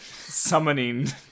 summoning